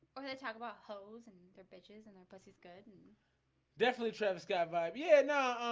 we're going to talk about hoes and their bitches and their pussies good and definitely travis got vibe. yeah. no,